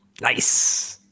Nice